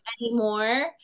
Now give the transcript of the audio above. anymore